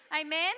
Amen